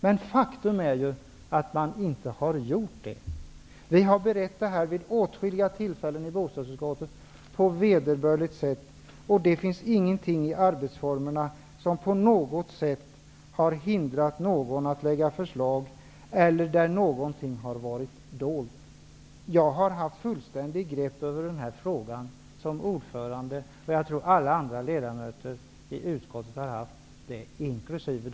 Men det har man inte gjort. I bostadsutskottet har vi på vederbörligt sätt berett detta ärende vid åtskilliga tillfällen. Det finns ingenting i arbetsformerna som på något sätt har hindrat någon från att lägga fram förslag. Det har inte heller funnits någonting som har varit dolt. Jag har som ordförande haft ett fullständigt grepp över den här frågan. Och det tror jag att också alla ledamöter i utskottet inkl. Dan Eriksson har haft.